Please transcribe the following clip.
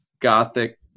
gothic